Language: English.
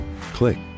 click